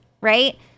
Right